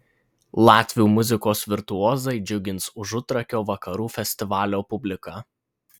latvių muzikos virtuozai džiugins užutrakio vakarų festivalio publiką